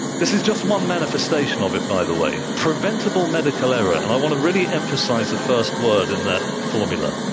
this is just one manifestation of it, by the way. preventable medical error and i want to really emphasize the first word in that formula,